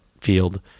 field